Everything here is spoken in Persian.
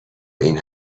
این